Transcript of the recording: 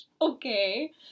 Okay